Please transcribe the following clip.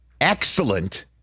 excellent